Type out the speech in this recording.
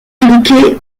indiqué